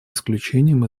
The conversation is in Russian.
исключением